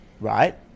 right